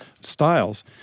styles